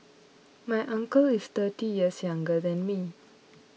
my uncle is thirty years younger than me